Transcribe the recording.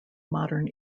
modern